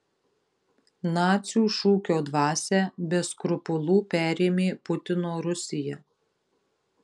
nacių šūkio dvasią be skrupulų perėmė putino rusija